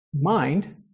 mind